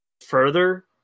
further